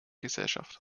gesellschaft